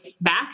back